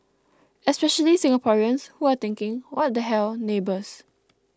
especially Singaporeans who are thinking What the hell neighbours